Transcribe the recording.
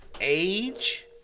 age